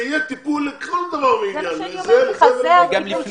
זה יהיה טיפול לכל דבר ועניין, גם לזה וגם לזה.